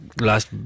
last